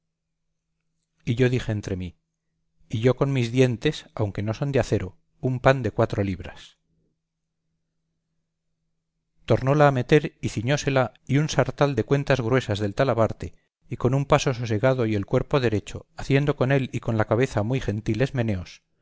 y yo dije entre mí y yo con mis dientes aunque no son de acero un pan de cuatro libras tornóla a meter y ciñósela y un sartal de cuentas gruesas del talabarte y con un paso sosegado y el cuerpo derecho haciendo con él y con la cabeza muy gentiles meneos